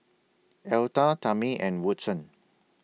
Alta Tamie and Woodson